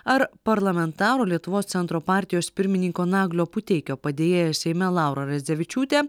ar parlamentaro lietuvos centro partijos pirmininko naglio puteikio padėjėja seime laura radzevičiūtė